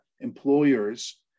employers